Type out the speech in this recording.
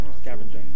Scavenger